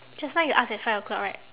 just now you ask at five o'clock right